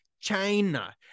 china